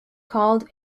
called